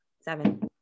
Seven